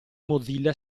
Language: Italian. mozilla